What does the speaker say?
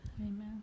Amen